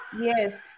Yes